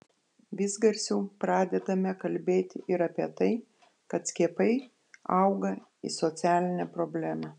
vis garsiau pradedame kalbėti ir apie tai kad skiepai auga į socialinę problemą